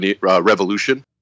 revolution